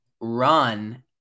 run